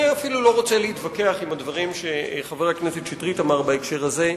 אני אפילו לא רוצה להתווכח עם הדברים שחבר הכנסת שטרית אמר בהקשר הזה.